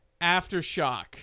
Aftershock